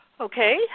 Okay